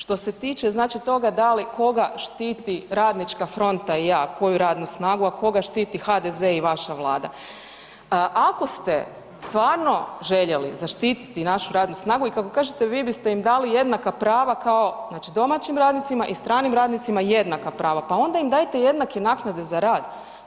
Što se tiče znači toga da li koga štiti Radnička fronta i ja, koju radnu snagu, a koga štiti HDZ i vaša Vlada, ako ste stvarno željeli zaštititi našu radnu snagu i kako kažete vi biste im dali jednaka prava kao znači domaćim radnicima i stranim radnicima jednaka prava, pa onda im dajte jednake naknade za rad.